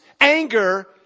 anger